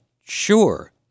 sure